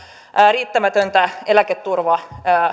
riittämätöntä eläketurvaa